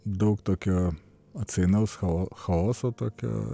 daug tokio atsainaus chao chaoso tokio